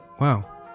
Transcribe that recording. Wow